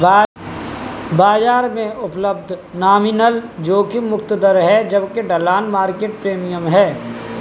बाजार में उपलब्ध नॉमिनल जोखिम मुक्त दर है जबकि ढलान मार्केट प्रीमियम है